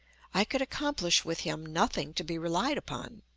i could accomplish with him nothing to be relied upon.